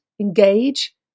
engage